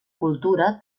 cultura